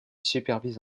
supervise